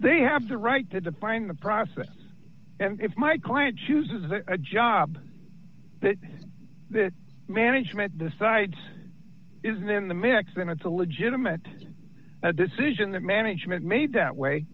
they have the right to define the process and if my client chooses a job that the management decides isn't in the mix then it's a legitimate decision that management made that way